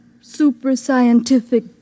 super-scientific